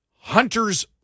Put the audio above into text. Hunter's